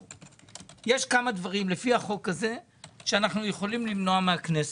לפי החוק הזה יש כמה דברים שאנחנו יכולים למנוע מן הכנסת.